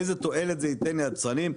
איזו תועלת זה ייתן ליצרנים?